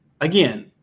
again